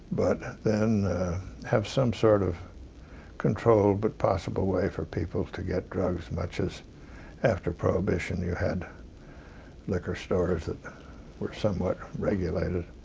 but then have some sort of control, but possible way for people to get drugs. much as after prohibition you had liquor stores that were somewhat regulated,